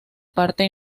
parte